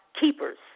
keepers